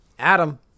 Adam